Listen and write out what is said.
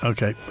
Okay